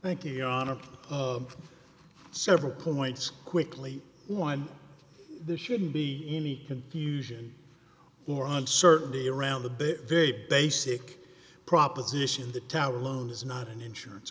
thank you your honor of several points quickly one there shouldn't be any confusion or on certainty around the big very basic proposition the tower alone is not an insurance